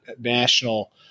national